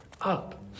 up